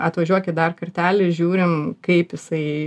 atvažiuokit dar kartelį žiūrim kaip jisai